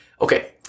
Okay